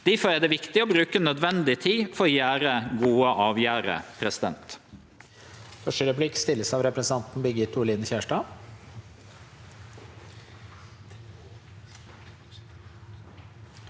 Difor er det viktig å bruke nødvendig tid for å ta gode avgjerder. Presidenten